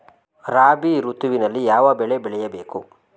ರಾಬಿ ಋತುವಿನಲ್ಲಿ ಯಾವ ಬೆಳೆ ಬೆಳೆಯ ಬೇಕು?